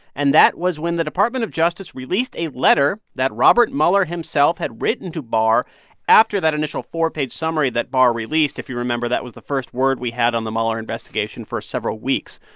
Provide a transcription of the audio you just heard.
and that was when the department of justice released a letter that robert mueller himself had written to barr after that initial four-page summary that barr released. if you remember, that was the first word we had on the mueller investigation for several weeks.